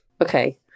Okay